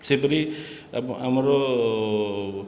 ସେହିପରି ଆପ ଆମର